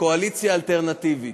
קואליציה אלטרנטיבית,